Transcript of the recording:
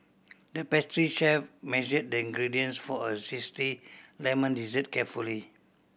the pastry chef measured the ingredients for a zesty lemon dessert carefully